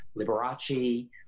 Liberace